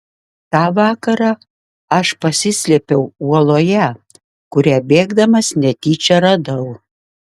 tą vakarą aš pasislėpiau uoloje kurią bėgdamas netyčia radau